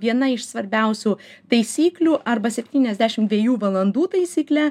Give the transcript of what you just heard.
viena iš svarbiausių taisyklių arba septyniasdešim dviejų valandų taisykle